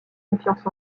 confiance